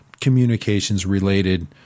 communications-related